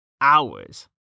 hours